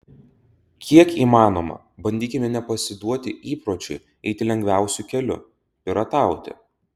kiek įmanoma bandykime nepasiduoti įpročiui eiti lengviausiu keliu piratauti